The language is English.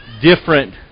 different